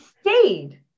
stayed